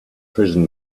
prison